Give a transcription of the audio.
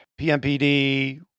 PMPD